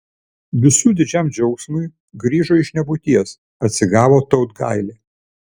visų didžiam džiaugsmui grįžo iš nebūties atsigavo tautgailė